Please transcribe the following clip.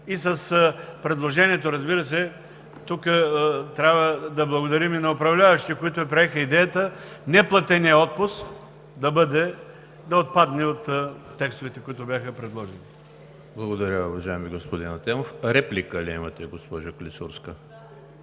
и с предложението, разбира се, тук трябва да благодарим и на управляващите, които приеха идеята неплатеният отпуск да отпадне от текстовете, които бяха предложени.